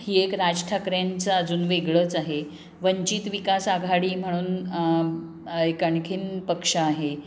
ही एक राज ठाकऱ्यांचं अजून वेगळंच आहे वंचित विकास आघाडी म्हणून एक आणखीन पक्ष आहे